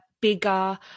bigger